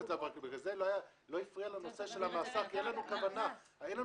לכן לא הפריע הנושא של המאסר כי אין לנו כוונה למאסר.